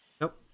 nope